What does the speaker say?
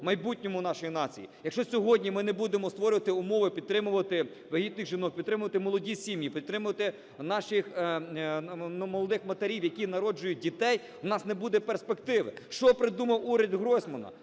в майбутньому нашій нації. Якщо сьогодні ми не будемо створювати умови, підтримувати вагітних жінок, підтримувати молоді сім'ї, підтримувати наших молодих матерів, які народжують дітей, у нас не буде перспективи. Що придумав уряд Гройсмана?